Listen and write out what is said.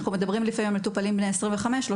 אנחנו מדברים לפעמים על מטופלים בני 25,30